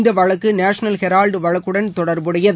இந்த வழக்கு National Herald வழக்குடன் தொடர்புடையது